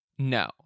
No